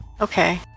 Okay